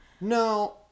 No